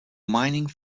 mining